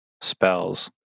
spells